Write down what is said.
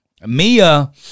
Mia